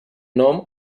nom